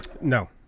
No